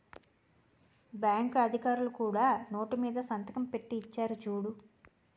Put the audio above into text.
bank అధికారులు కూడా note మీద సంతకం పెట్టి ఇచ్చేరు చూడు